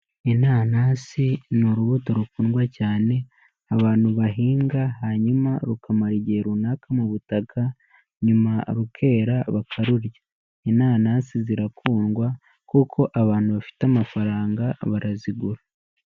Inanasi ni urubuto rukundwa cyane abantu bahinga, hanyuma rukamara igihe runaka mu butaka nyuma rukera bakarurya. Inanasi zirakundwa kuko abantu bafite amafaranga barazigura.